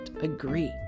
agree